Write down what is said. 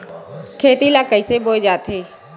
खेती ला कइसे बोय जाथे?